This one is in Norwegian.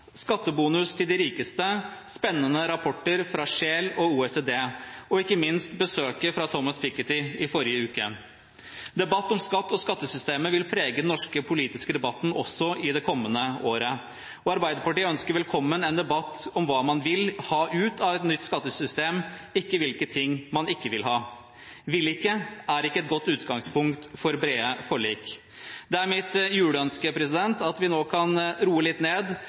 skattebonus til de rikeste, spennende rapporter fra Scheel og OECD og ikke minst besøket til Thomas Piketty i forrige uke. Debatt om skatt og skattesystemet vil prege den norske politiske debatten også i det kommende året, og Arbeiderpartiet ønsker velkommen en debatt om hva man vil ha ut av et nytt skattesystem, ikke hva man ikke vil ha. Vil ikke, er ikke et godt utgangspunkt for brede forlik. Det er mitt juleønske at vi nå kan roe litt ned